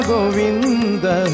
Govinda